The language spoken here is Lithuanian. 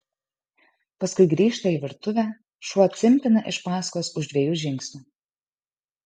paskui grįžta į virtuvę šuo cimpina iš paskos už dviejų žingsnių